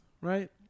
right